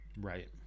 Right